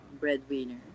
breadwinner